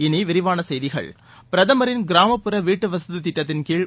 இனி விரிவான செய்திகள் பிரதமரின் கிராமப்புற வீட்டுவசதித் திட்டத்திள் கீழ்